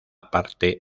parte